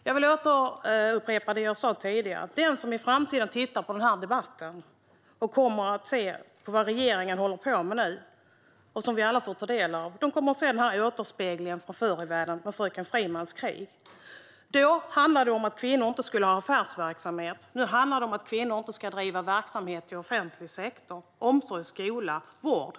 Jag vill upprepa det jag sa tidigare: Den som i framtiden tittar på denna debatt kommer att se vad regeringen håller på med nu, vilket vi alla får ta del av. De kommer att se återspeglingen från förr i världen, från Fröken Frimans krig . Då handlade det om att kvinnor inte skulle ha affärsverksamhet. Nu handlar det om att kvinnor inte ska bedriva verksamhet i offentlig sektor - omsorg, skola och vård.